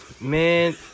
man